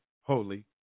holy